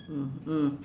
mm mm